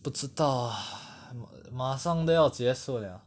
不知道 lah 马上都要结束 liao